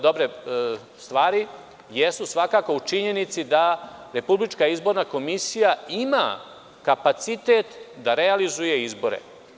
Dobre stvari jesu svakako u činjenici da Republička izborna komisija ima kapacitet da realizuje izbore.